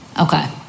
Okay